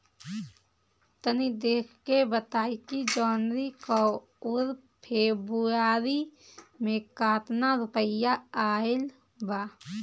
तनी देख के बताई कि जौनरी आउर फेबुयारी में कातना रुपिया आएल बा?